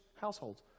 households